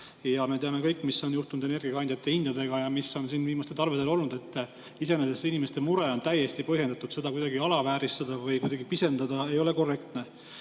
Ja me teame kõik, mis on juhtunud energiakandjate hindadega, mis on siin viimastel talvedel olnud. Iseenesest inimeste mure on täiesti põhjendatud, seda kuidagi alavääristada või pisendada ei ole korrektne.